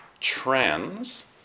trans